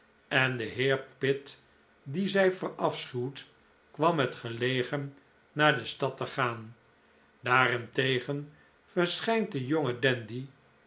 en de heer pitt dien zij verafschuwt kwam het gelegen naar de stad te gaan daarentegen verschijnt de jonge